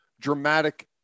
dramatic